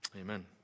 Amen